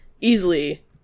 easily